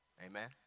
Amen